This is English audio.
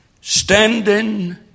Standing